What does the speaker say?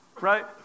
right